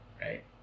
right